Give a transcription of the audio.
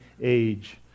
age